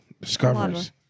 discoveries